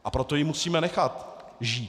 A proto ji musíme nechat žít.